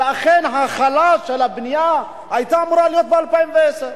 ואכן ההתחלה של הבנייה היתה אמורה להיות ב-2010.